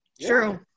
True